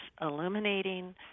illuminating